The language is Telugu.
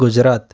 గుజరాత్